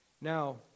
Now